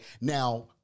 now